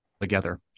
together